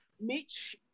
Mitch